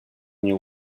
nie